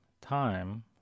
Time